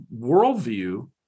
worldview